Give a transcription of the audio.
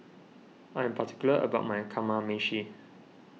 I am particular about my Kamameshi